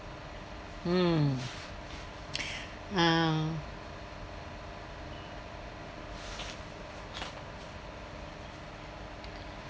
mm uh